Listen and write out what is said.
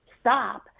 stop